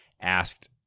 asked